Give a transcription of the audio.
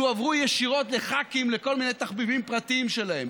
שהועברו ישירות לח"כים לכל מיני תחביבים פרטיים שלהם,